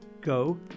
Go